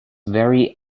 very